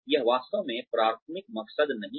यह वास्तव में प्राथमिक मकसद नहीं है